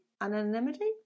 anonymity